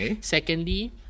secondly